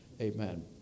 Amen